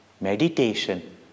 meditation